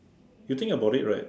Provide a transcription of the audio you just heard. you think about it right